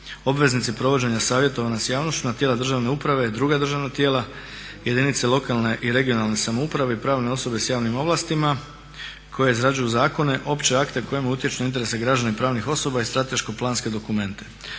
obveznici provođenja savjetovanja sa javnošću na tijela državne uprave i druga državna tijela, jedinice lokalne i regionalne samouprave i pravne osobe sa javnim ovlastima koje izrađuju zakone, opće akte kojima utječu na interese građana i pravnih osoba i strateško planske dokumente.